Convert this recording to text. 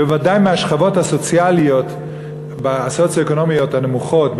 בוודאי בשכבות הסוציו-אקונומיות הנמוכות,